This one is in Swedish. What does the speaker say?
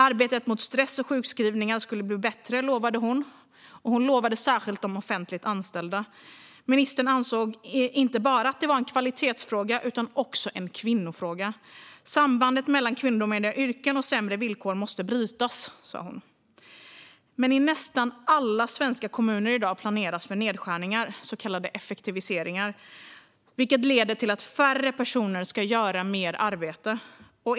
Arbetet mot stress och sjukskrivningar skulle bli bättre, lovade hon särskilt de offentligt anställda. Ministern ansåg att detta inte bara var en kvalitetsfråga utan även en kvinnofråga. Sambandet mellan kvinnodominerade yrken och sämre villkor måste brytas, sa hon. Men i nästan alla svenska kommuner planeras i dag för nedskärningar, så kallade effektiviseringar, vilket leder till att färre personer ska göra mer arbete.